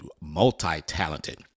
multi-talented